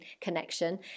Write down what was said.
connection